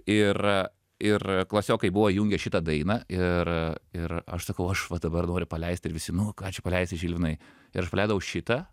ir ir klasiokai buvo įjungę šitą dainą ir ir aš sakau aš va dabar noriu paleisti visi nu ką čia paleisi žilvinai ir aš paleidau šitą